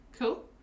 Cool